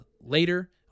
later